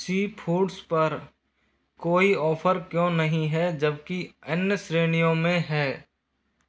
सी foods पर कोई offer क्यों नहीं है जबकि अन्य श्रेणियों में है